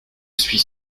suis